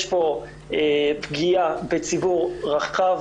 יש פה פגיעה בציבור רחב,